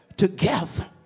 Together